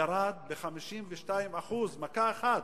ירד ב-52% במכה אחת.